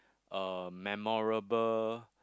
uh memorable